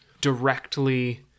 directly